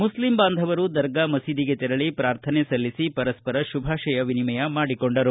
Muslim ಬಾಂಧವರು ದರ್ಗಾ ಮಸೀದಿಗೆ ತೆರಳಿ ಪ್ರಾರ್ಥನೆ ಸಲ್ಲಿಸಿ ಪರಸ್ಪರ ಶುಭಾಶಯ ವಿನಿಮಯ ಮಾಡಿಕೊಂಡರು